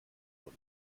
von